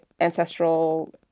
ancestral